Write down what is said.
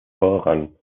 vorrang